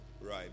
Right